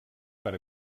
per